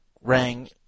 rang